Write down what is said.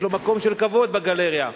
יש לו מקום של כבוד בגלריה,